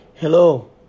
Hello